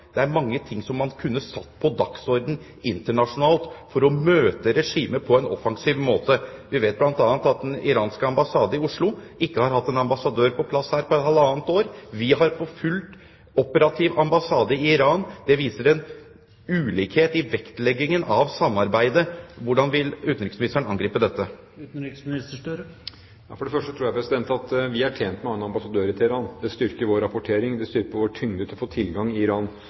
det er mange ting man kunne satt på dagsordenen internasjonalt for å møte regimet på en offensiv måte. Vi vet bl.a. at den iranske ambassade i Oslo ikke har hatt en ambassadør på plass her på halvannet år. Vi har en fullt operativ ambassade i Iran. Det viser en ulikhet i vektleggingen av samarbeidet. Hvordan vil utenriksministeren angripe dette? Først tror jeg vi er tjent med å ha en ambassadør i Teheran. Det styrker vår rapportering, og det styrker vår tyngde til å få tilgang i Iran.